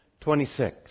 26